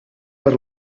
per